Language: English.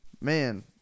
man